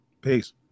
Peace